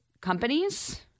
companies